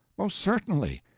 most certainly.